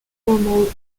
formal